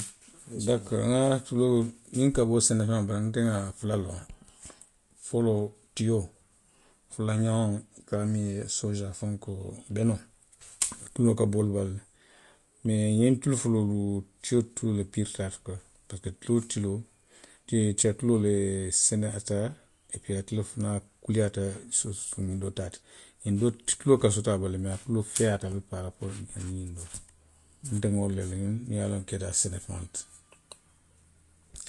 Aa tuloo miŋ ka bo senefeŋolu bala, nte nŋa loŋ ko fula loŋ; foloo, tiyoo. fulanjaŋo i ka a fo miŋ ye soojaa, fenkoo, benoo; tuloo ka bo wolu bala le. mee ňiŋ tulu fuloolu. tiyoo tuloo le piirita i ti parisiko tiyoo tuloo, te tiya tuloo le seneyaata ee a te le fanaŋ kuliyaata suu, ňiŋ doolku taa ti. ňiŋ doolu tuloo ka soto a bala le, mee a tuloo feeyaata le paraaapoori ňiŋ doo ti; nte nŋa wolu le loŋ miŋ ye a loŋ keta senefeŋolu ti